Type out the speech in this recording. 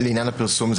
לעניין הפרסום,